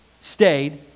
stayed